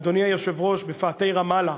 אדוני היושב-ראש, בפאתי רמאללה,